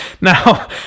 Now